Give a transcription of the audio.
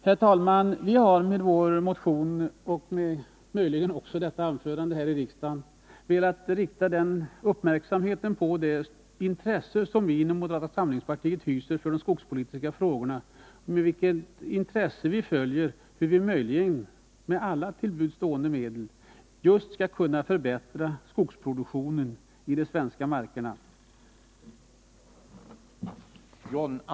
Herr talman! Vi har med vår motion här i riksdagen, och möjligen också med detta anförande, velat rikta uppmärksamheten på det intresse som vi inom moderata samlingspartiet hyser för de skogspolitiska frågorna. Vi har också velat belysa med vilket intresse vi följer frågan hur vi med alla till buds stående medel just skall kunna förbättra skogsproduktionen i de svenska markerna.